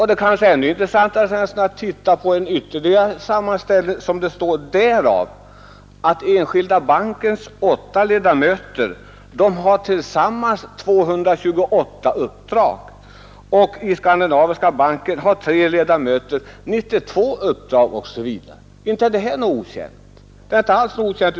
Det är kanske ännu intressantare för herr Svensson att titta på ytterligare en sammanställning som visar att Enskilda bankens åtta styrelseledamöter har tillsammans 228 uppdrag, att i Skandinaviska banken har tre styrelseledamöter 92 uppdrag osv. Inte är detta någonting okänt.